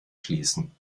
schließen